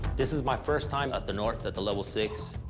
this is my first time at the north at the level six.